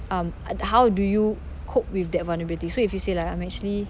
um uh how do you cope with that vulnerability so if you say like I'm actually